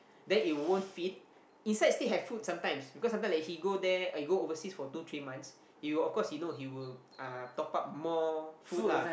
the it won't feed inside still have food sometimes because sometimes like he go there he overseas for two three months he will of course he know he will uh top up more food lah